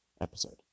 episode